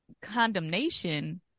condemnation